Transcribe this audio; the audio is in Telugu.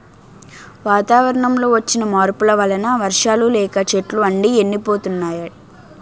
వాతావరణంలో వచ్చిన మార్పుల వలన వర్షాలు లేక చెట్లు అన్నీ ఎండిపోతున్నాయి